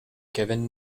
given